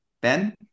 Ben